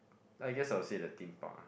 then I guess I'll say the Theme Park ah